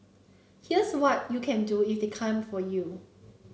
here's what you can do if they came for you